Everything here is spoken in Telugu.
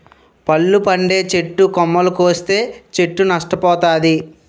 పళ్ళు పండే చెట్టు కొమ్మలు కోస్తే చెట్టు నష్ట పోతాది